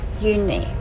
unique